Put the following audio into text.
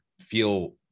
feel